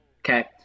Okay